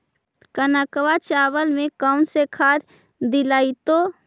कनकवा चावल में कौन से खाद दिलाइतै?